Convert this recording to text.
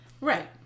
Right